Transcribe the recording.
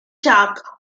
chalk